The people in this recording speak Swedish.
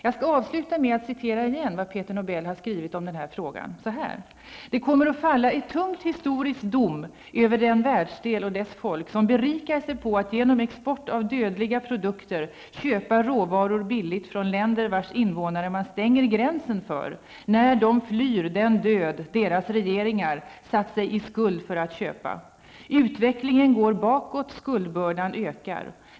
Jag skall avsluta med att återigen citera vad Peter Nobel har skrivit om den här frågan: ''Det kommer att falla en tung historisk dom över en världsdel och dess folk, som berikar sig på att genom export av dödliga produkter köpa råvaror billigt från länder vars innevånare man stänger gränsen för, när de flyr den död deras regeringar satt sig i skuld för att köpa. Utvecklingen går bakåt, skuldbördan ökar.